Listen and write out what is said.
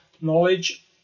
knowledge